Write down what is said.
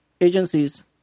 agencies